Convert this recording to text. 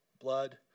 blood